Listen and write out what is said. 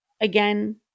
again